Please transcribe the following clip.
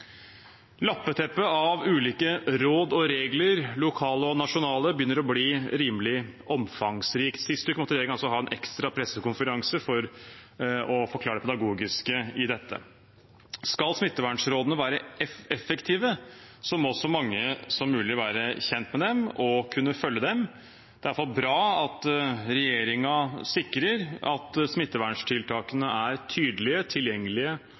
Lappeteppet av ulike råd og regler, lokale og nasjonale, begynner å bli rimelig omfangsrikt. Sist uke måtte regjeringen ha en ekstra pressekonferanse for å forklare det pedagogiske i dette. Skal smittevernrådene være effektive, må så mange som mulig være kjent med dem og kunne følge dem. Det er iallfall bra at regjeringen sikrer at smitteverntiltakene er tydelige, tilgjengelige